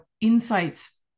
insights